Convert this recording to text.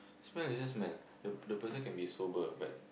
smell is just smell the the person can be sober but